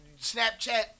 Snapchat